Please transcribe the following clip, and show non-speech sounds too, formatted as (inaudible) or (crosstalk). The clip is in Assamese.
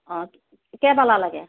অ কেই (unintelligible) লাগে